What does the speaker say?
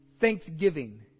Thanksgiving